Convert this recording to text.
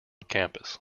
campus